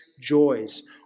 joys